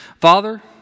Father